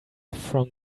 from